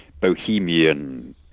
bohemian